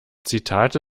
zitate